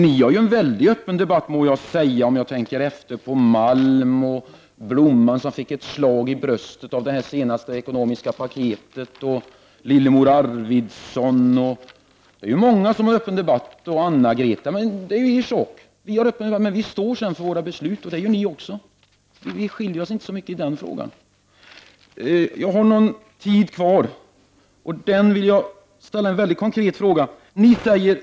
Ni har ju en väldigt öppen debatt, må jag säga. Jag tänker på Malm och Blomman, som fick ett slag i bröstet av det senaste ekonomiska paketet, Lillemor Arvidsson och Anna-Greta. Det är många som har en öppen debatt; det är ju er sak. Vi har en öppen debatt, och vi står sedan för våra beslut, och det gör ju ni också. Våra partier skiljer sig inte så mycket åt i det avseendet. På den repliktid som jag har kvar vill jag ta upp en mycket konkret fråga.